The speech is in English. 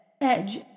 edge